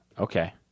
Okay